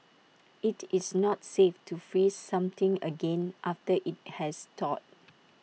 IT is not safe to freeze something again after IT has thawed